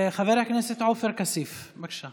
חבר הכנסת עופר כסיף, בבקשה.